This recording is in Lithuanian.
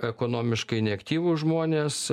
ekonomiškai neaktyvūs žmonės